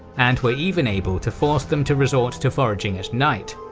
and were even able to force them to resort to foraging at night.